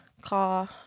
car